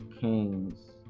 kings